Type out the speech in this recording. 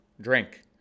drink